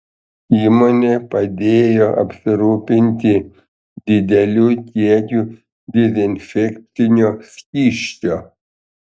įmonė padėjo apsirūpinti dideliu kiekiu dezinfekcinio skysčio